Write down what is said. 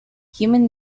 human